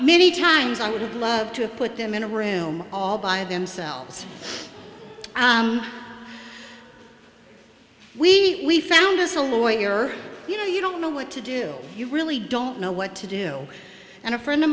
many times i would have loved to have put them in a room all by themselves we found us a lawyer you know you don't know what to do you really don't know what to do and a friend of